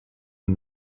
and